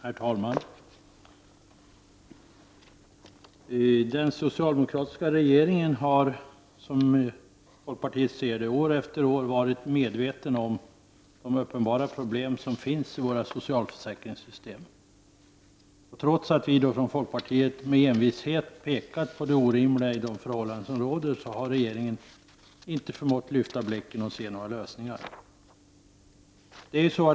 Herr talman! Den socialdemokratiska regeringen har år efter år varit medveten om de uppenbara problem som finns i våra socialförsäkringssystem. Trots att folkpartiet med envishet har pekat på det orimliga i de förhållanden som råder har regeringen inte förmått lyfta blicken och se några lösningar.